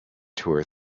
tour